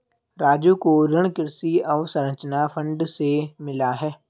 राजू को ऋण कृषि अवसंरचना फंड से मिला है